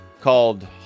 called